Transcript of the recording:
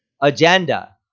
agenda